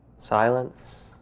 Silence